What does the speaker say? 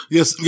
Yes